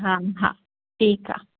हा हा ठीक आहे